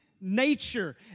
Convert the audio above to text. nature